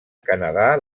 canadà